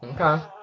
Okay